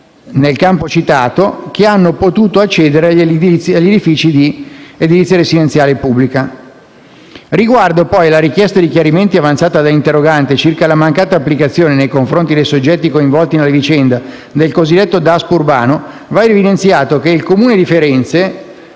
nel campo citato, che hanno potuto accedere agli edifici di edilizia residenziale pubblica. Riguardo, poi, alla richiesta di chiarimenti avanzata dall'interrogante circa la mancata applicazione, nei confronti dei soggetti coinvolti nella vicenda, del cosiddetto Daspo urbano, va evidenziato che il Comune di Firenze